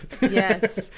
Yes